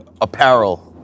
apparel